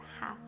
half